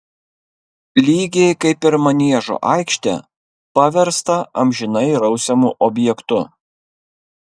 lygiai kaip ir maniežo aikštę paverstą amžinai rausiamu objektu